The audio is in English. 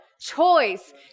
choice